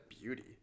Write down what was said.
beauty